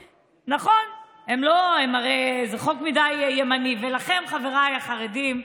דרך אגב, אני רוצה לתת לכם עוד שני נתונים קטנים.